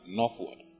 northward